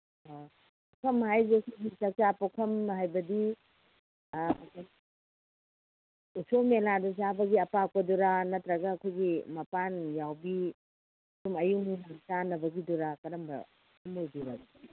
ꯑꯥ ꯄꯨꯈꯝ ꯍꯥꯏꯁꯦ ꯁꯤꯒꯤ ꯆꯥꯛꯆꯥ ꯄꯨꯈꯝ ꯍꯥꯏꯕꯗꯤ ꯎꯁꯣꯞ ꯃꯦꯂꯥꯗ ꯆꯥꯕꯒꯤ ꯑꯄꯥꯛꯄꯗꯨꯔꯥ ꯅꯠꯇ꯭ꯔꯒ ꯑꯩꯈꯣꯏꯒꯤ ꯃꯄꯥꯟ ꯌꯥꯎꯕꯤ ꯁꯨꯝ ꯑꯌꯨꯛ ꯅꯨꯡꯗꯥꯡ ꯆꯥꯅꯕꯒꯤꯗꯨꯔꯥ ꯀꯔꯝꯕ ꯄꯨꯈꯝ ꯑꯣꯏꯕꯤꯔꯕꯅꯣ